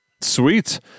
Sweet